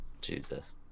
Jesus